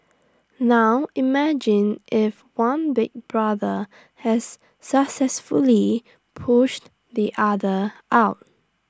now imagine if one Big Brother has successfully pushed the other out